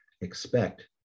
expect